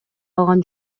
алган